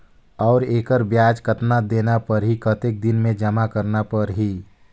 और एकर ब्याज कतना देना परही कतेक दिन मे जमा करना परही??